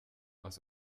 aus